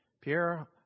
Pierre